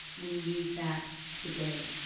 we need that today.